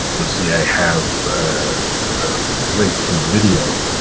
you'll see i have a link from the video,